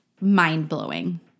mind-blowing